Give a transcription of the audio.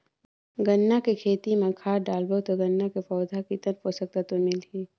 गन्ना के खेती मां खाद डालबो ता गन्ना के पौधा कितन पोषक तत्व मिलही?